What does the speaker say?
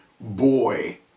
boy